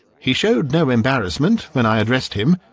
he showed no embarrassment when i addressed him,